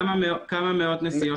כמה מאות נסיעות ביום.